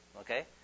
Okay